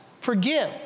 forgive